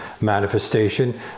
manifestation